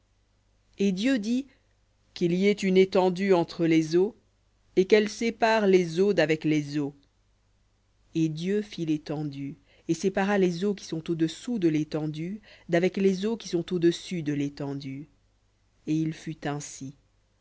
et dieu dit qu'il y ait une étendue entre les eaux et qu'elle sépare les eaux d'avec les eaux et dieu fit l'étendue et sépara les eaux qui sont au-dessous de l'étendue d'avec les eaux qui sont au-dessus de l'étendue et il fut ainsi